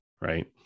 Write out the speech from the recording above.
right